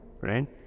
right